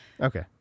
Okay